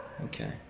okay